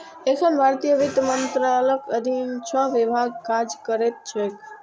एखन भारतीय वित्त मंत्रालयक अधीन छह विभाग काज करैत छैक